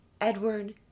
Edward